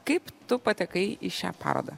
kaip tu patekai į šią parodą